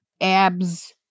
abs